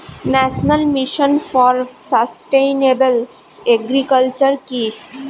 National mission for sustainable agriculture কি?